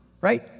right